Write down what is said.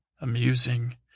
amusing